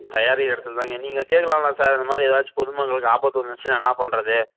தயாரிக்கிற இடத்துல தான் ஏன் நீங்கள் கேட்கலாம்ல சார் அந்த மாதிரி ஏதாச்சும் பொது மக்களுக்கு ஆபத்து வந்துடுந்துச்சுன்னா என்ன பண்ணுறது